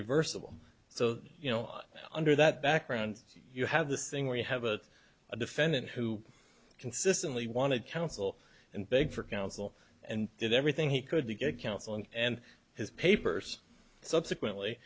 reversible so you know under that background you have this thing where you have a defendant who consistently wanted counsel and beg for counsel and did everything he could to get counseling and his papers subsequently